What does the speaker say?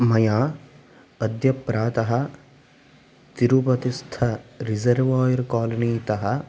मया अद्य प्रातः तिरुपतिस्थ रिजर्वायर् कालोनी तः